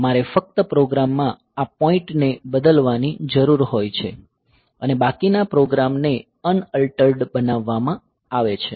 મારે ફક્ત પ્રોગ્રામમાં આ પોઈન્ટ ને બદલવાની જરૂર હોય છે અને બાકીના પ્રોગ્રામને અનઅલ્ટર્ડ બનાવવામાં આવશે